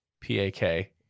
P-A-K